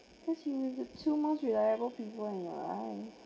cause it was the two most reliable people in your life